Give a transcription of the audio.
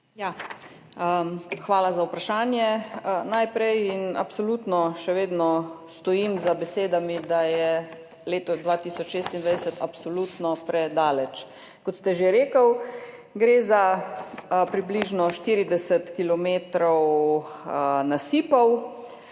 hvala za vprašanje in absolutno še vedno stojim za besedami, da je leto 2026 absolutno predaleč. Kot ste že rekli, gre za približno 40 km nasipov